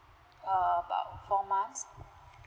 err about four months